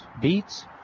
beets